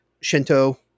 Shinto